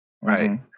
right